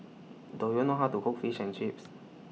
Do YOU know How to Cook Fish and Chips